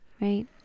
Right